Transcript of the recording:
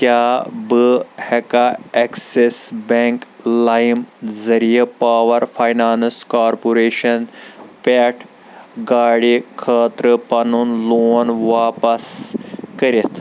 کیٛاہ بہٕ ہیٚکا ایٚکسِس بیٚنٛک لایِم ذٔریعہٕ پاوَر فاینانٛس کارپوریشَن پیٚٹھ گاڑِ خٲطرٕ پَنُن لون واپس کٔرِتھ؟